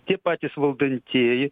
tie patys valdantieji